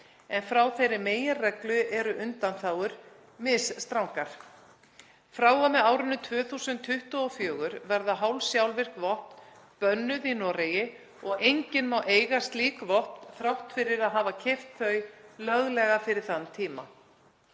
en frá þeirri meginreglu eru undanþágur misstrangar. Frá og með árinu 2024 verða hálfsjálfvirk vopn bönnuð í Noregi og enginn má eiga slík vopn þrátt fyrir að hafa keypt þau löglega fyrir þann tíma.